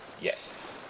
Yes